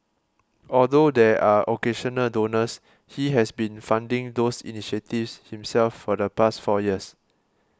although there are occasional donors he has been funding those initiatives himself for the past four years